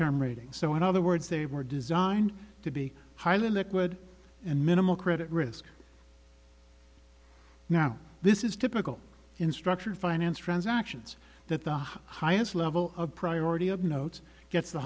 term rating so in other words they were designed to be highly liquid and minimal credit risk now this is typical in structured finance transactions that the highest level of priority of notes gets the